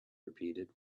repeated